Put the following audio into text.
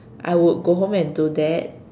I would go home and do that